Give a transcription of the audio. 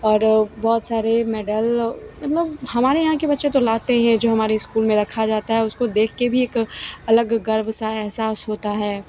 और बहुत सारे मेडल मतलब हमारे यहाँ के बच्चे तो लाते हैं जो हमारे स्कूल में रखा जाता है उसको देख कर भी एक अलग गर्व सा एहसास होता है